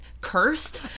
cursed